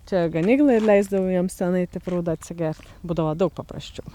čia ganyklą ir leisdavau jiems tenai eit į prūdą atsigert būdavo daug paprasčiau